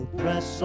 press